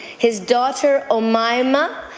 his daughter omima,